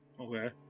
Okay